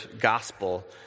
gospel